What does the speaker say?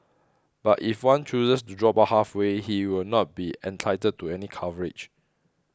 but if one chooses to drop out halfway he will not be entitled to any coverage